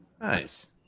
Nice